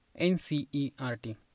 NCERT